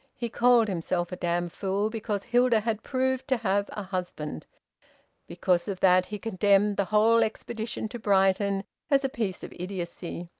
he called himself a damned fool because hilda had proved to have a husband because of that he condemned the whole expedition to brighton as a piece of idiocy.